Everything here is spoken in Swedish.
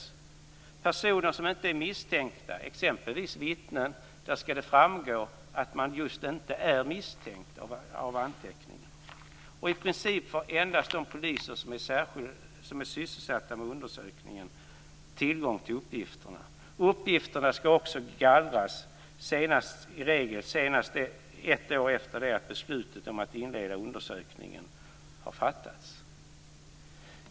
När det gäller personer som inte är misstänkta, exempelvis vittnen, skall det framgå av anteckningen att man inte är misstänkt. I princip får endast de poliser som är sysselsatta med undersökningen tillgång till uppgifterna. Uppgifterna skall också gallras i regel senast ett år efter det att beslutet om att inleda undersökningen har fattats.